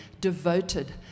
devoted